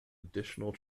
additional